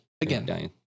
Again